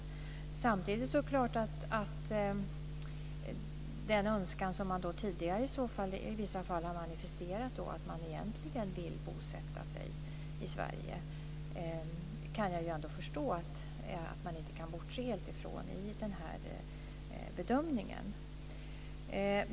Samtidigt går det inte vid bedömningen att helt bortse ifrån - det kan jag förstå - att människor i vissa fall tidigare har manifesterat att de egentligen har velat bosätta sig i Sverige.